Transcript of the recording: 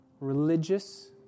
religious